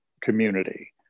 community